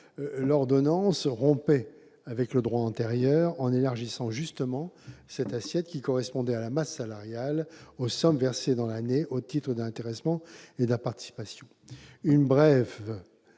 l'ordonnance rompait avec le droit antérieur en élargissant cette assiette, qui correspondait à la masse salariale, aux sommes versées dans l'année au titre de l'intéressement et de la participation. Une brève